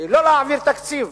לא להעביר תקציב,